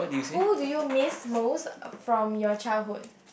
who do you miss most from your childhood